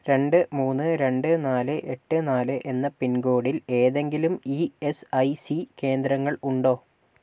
രണ്ട് മൂന്ന് രണ്ട് നാല് എട്ട് നാല് എന്ന പിൻകോഡിൽ ഏതെങ്കിലും ഇ എസ് ഐ സി കേന്ദ്രങ്ങൾ ഉണ്ടോ